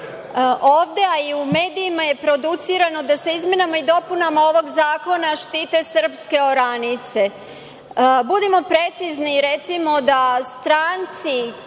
a i u medijima je producirano da se izmenama i dopunama ovog zakona štite srpske oranice. Budimo precizni i recimo da stranci